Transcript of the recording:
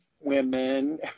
women